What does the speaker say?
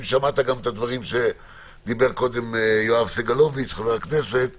שמעת את הדברים שדיבר חבר הכנסת סגלוביץ.